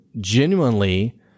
genuinely